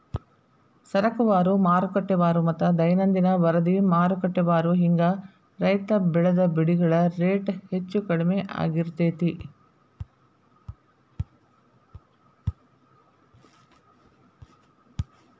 ಸರಕುವಾರು, ಮಾರುಕಟ್ಟೆವಾರುಮತ್ತ ದೈನಂದಿನ ವರದಿಮಾರುಕಟ್ಟೆವಾರು ಹಿಂಗ ರೈತ ಬೆಳಿದ ಬೆಳೆಗಳ ರೇಟ್ ಹೆಚ್ಚು ಕಡಿಮಿ ಆಗ್ತಿರ್ತೇತಿ